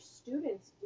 students